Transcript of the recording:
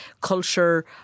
culture